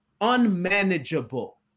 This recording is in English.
unmanageable